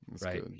right